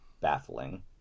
baffling